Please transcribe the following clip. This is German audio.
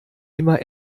immer